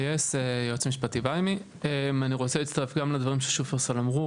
אני רוצה להצטרף לדברים ששופרסל אמרו.